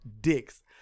dicks